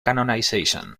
canonization